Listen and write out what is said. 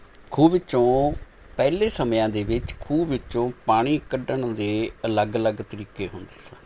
ਖੂਹ ਵਿੱਚੋਂ ਪਹਿਲੇ ਸਮਿਆਂ ਦੇ ਵਿੱਚ ਖੂਹ ਵਿੱਚੋਂ ਪਾਣੀ ਕੱਢਣ ਦੇ ਅਲੱਗ ਅਲੱਗ ਤਰੀਕੇ ਹੁੰਦੇ ਸਨ